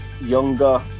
younger